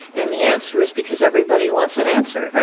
and the answer is because everybody wants an answer. i